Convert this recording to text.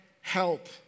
help